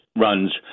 runs